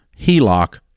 HELOC